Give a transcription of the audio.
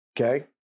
Okay